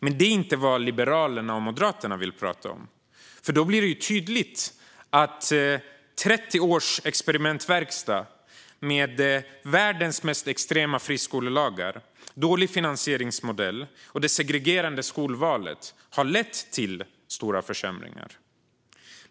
Men det är inte vad Liberalerna och Moderaterna vill prata om, för då blir det tydligt att 30 års experimentverkstad med världens mest extrema friskolelagar, en dålig finansieringsmodell och det segregerande skolvalet har lett till stora försämringar.